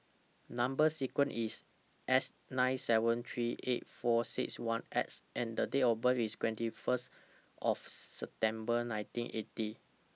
Number sequence IS S nine seven three eight four six one X and The Date of birth IS twenty First of September nineteen eighty